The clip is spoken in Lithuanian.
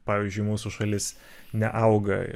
pavyzdžiui mūsų šalis neauga